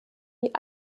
wie